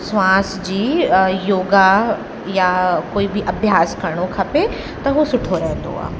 श्वास जी योगा या कोई बि अभ्यास करिणो खपे त उहो सुठो रहंदो आहे